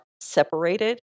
separated